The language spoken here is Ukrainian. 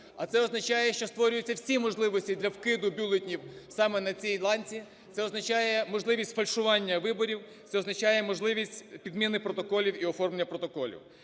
а це означає, що створюються всі можливості длявкиду бюлетенів саме на цій ланці. Це означає можливість сфальшування виборів, це означає можливість підміни протоколів і оформлення протоколів.